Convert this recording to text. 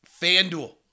FanDuel